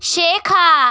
শেখা